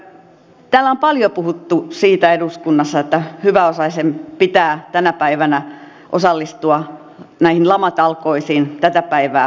täällä eduskunnassa on paljon puhuttu siitä että hyväosaisen pitää tänä päivänä osallistua näihin lamatalkoisiin tätä päivää enemmän